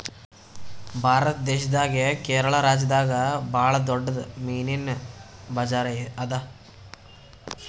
ಭಾರತ್ ದೇಶದಾಗೆ ಕೇರಳ ರಾಜ್ಯದಾಗ್ ಭಾಳ್ ದೊಡ್ಡದ್ ಮೀನಿನ್ ಬಜಾರ್ ಅದಾ